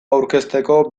aurkezteko